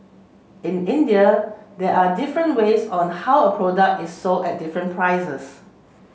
in India there are different ways on how a product is sold at different prices